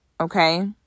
okay